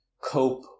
cope